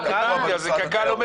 קק"ל עם